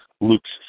Luke's